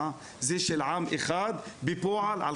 800 שקל זה סכום עתק בשבילם.